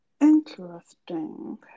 Interesting